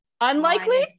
Unlikely